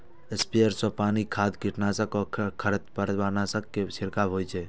sprayer सं पानि, खाद, कीटनाशक आ खरपतवारनाशक के छिड़काव होइ छै